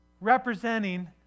representing